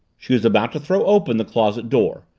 she was about to throw open the closet door.